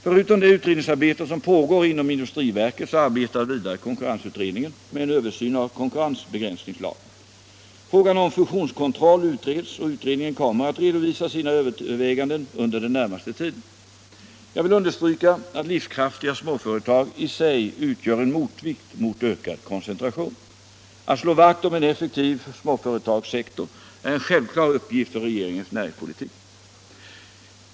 Förutom det utredningsarbete som pågår inom industriverket arbetar konkurrensutredningen med en översyn av konkurrensbegränsningslagen. Frågan om fusionskontroll utreds och utredningen kommer att redovisa sina överväganden under den närmaste tiden. Jag vill understryka att livskraftiga småföretag i sig utgör en motvikt mot ökad koncentration. Att slå vakt om en effektiv småföretagssektor är en självklar uppgift för regeringens näringspolitik.